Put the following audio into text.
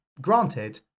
granted